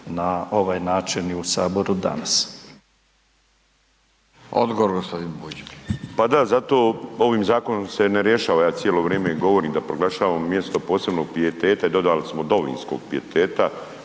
Odgovor gospodin Bulj. **Bulj, Miro (MOST)** Pa da zato ovim zakonom se ne rješava, ja cijelo vrijeme i govorim da proglašavamo mjesto posebnog pijeteta i dodali smo domovinskog pijeteta